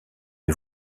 est